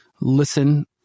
listen